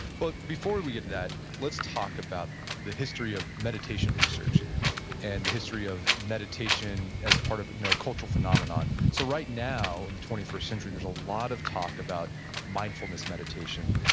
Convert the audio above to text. but before we get to that, that, let's talk about the history of meditation research and the history of meditation as part of you know a cultural phenomenon. so right now, in the twenty first century, there's a lot of talk about mindfulness meditation.